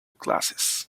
glasses